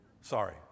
Sorry